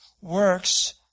works